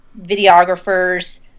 videographers